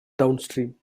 downstream